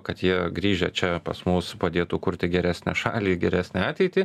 kad jie grįžę čia pas mus padėtų kurti geresnę šalį geresnę ateitį